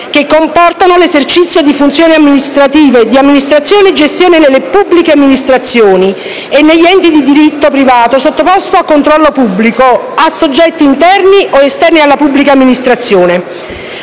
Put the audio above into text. che comportano l'esercizio di funzioni amministrative e di amministrazione e gestione nelle pubbliche amministrazioni e negli enti di diritto privato sottoposti a controllo pubblico, a soggetti interni o esterni alla pubblica amministrazione.